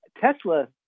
Tesla